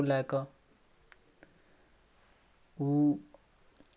ओ चश्मा करीब हमरा दस दिनके बाद हमरा लग आयल